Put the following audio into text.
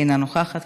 אינה נוכחת,